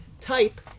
type